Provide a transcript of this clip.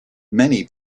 many